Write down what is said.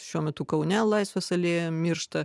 šiuo metu kaune laisvės alėjoje miršta